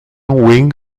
wing